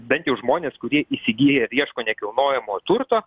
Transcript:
bent jau žmones kurie įsigiję ir ieško nekilnojamo turto